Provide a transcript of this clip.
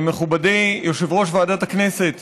מכובדי יושב-ראש ועדת הכנסת,